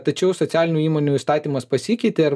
tačiau socialinių įmonių įstatymas pasikeitė ir